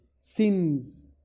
sins